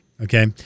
Okay